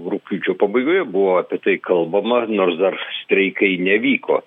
rugpjūčio pabaigoje buvo apie tai kalbama nors dar streikai nevyko